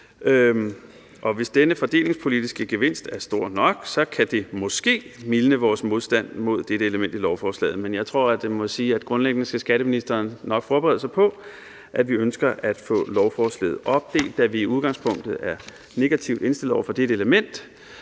Hvis denne fordelingspolitiske gevinst er stor nok, kan det måske mildne vores modstand mod dette element i lovforslaget. Men jeg tror, at jeg må sige, at grundlæggende skal skatteministeren nok forberede sig på, at vi ønsker at få lovforslaget opdelt, da vi i udgangspunktet er negativt indstillet over for dette element,